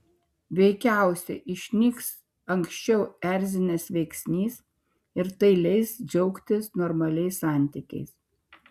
veikiausiai išnyks anksčiau erzinęs veiksnys ir tai leis džiaugtis normaliais santykiais